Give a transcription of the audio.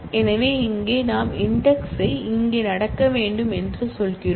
எனவே இங்கே நாம் இன்டெக்ஸ் இங்கே நடக்க வேண்டும் என்று சொல்கிறோம்